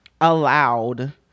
allowed